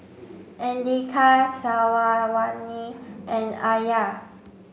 Andika and Alya